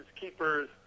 keepers